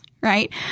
right